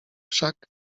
wszak